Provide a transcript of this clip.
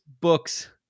books